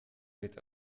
wird